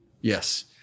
Yes